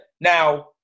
Now